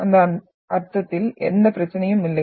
அந்த அர்த்தத்தில் எந்த பிரச்சனையும் இல்லை